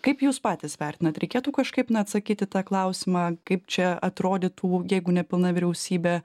kaip jūs patys vertinat reikėtų kažkaip na atsakyt į tą klausimą kaip čia atrodytų jeigu nepilna vyriausybė